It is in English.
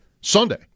Sunday